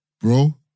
bro